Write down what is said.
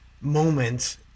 moments